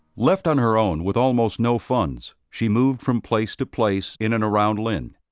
left on her own, with almost no funds, she moved from place to place in and around lynn.